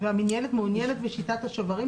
והמינהלת מעוניינת בשיטת השוברים?